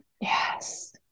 yes